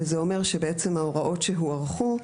וזה אומר שבעצם ההוראות שהוארכו,